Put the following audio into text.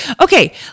Okay